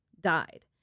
died